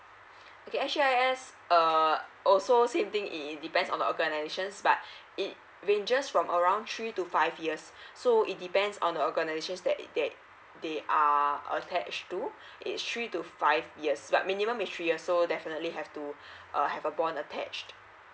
okay actually s g i s uh also same thing it depends on the organizations but it ranges from around three to five years so it depends on the organizations that they are attached to it's three to five years but minimum is three years so definitely have to err have a bond attached